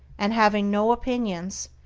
and having no opinions,